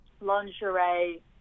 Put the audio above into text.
lingerie